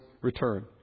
return